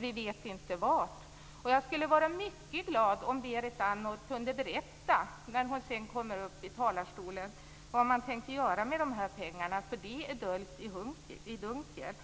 Vi vet inte vart medlen går. Jag skulle vara mycket glad om Berit Andnor när hon sedan kommer upp i talarstolen kunde berätta vad man tänker göra med dessa pengar. Det är höljt i dunkel.